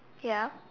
ya